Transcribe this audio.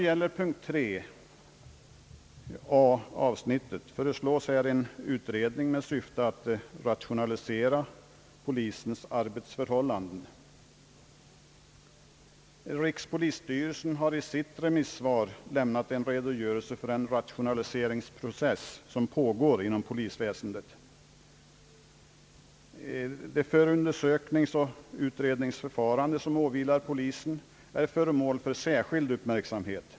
Under punkt 3 a i motionen föreslås en utredning med syfte att rationalisera polisens arbetsförhållanden. Rikspolisstyrelsen har i sitt remissvar lämnat en redogörelse för den rationaliseringsprocess som pågår inom polisväsendet. Det förundersökningsoch utredningsförfarande som åvilar polisen är föremål för särskild uppmärksamhet.